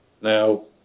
Now